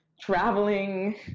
traveling